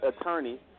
attorney